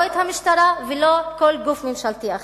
לא את המשטרה ולא כל גוף ממשלתי אחר.